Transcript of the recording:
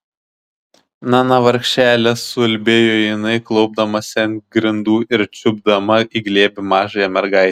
na na vargšele suulbėjo jinai klaupdamasi ant grindų ir čiupdama į glėbį mažąją mergaitę